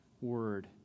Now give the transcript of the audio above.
Word